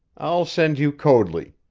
i'll send you coadley.